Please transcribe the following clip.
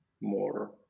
more